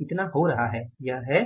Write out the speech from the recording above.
यह इतना हो रहा है यह है